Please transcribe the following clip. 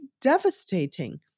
devastating